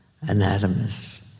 anatomist